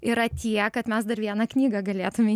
yra tiek kad mes dar vieną knygą galėtume